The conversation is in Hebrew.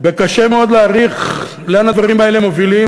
וקשה מאוד להעריך לאן הדברים האלה מובילים.